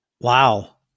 Wow